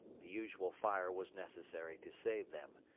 the usual fire was necessary to save them.